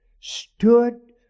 stood